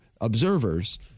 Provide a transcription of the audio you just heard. observers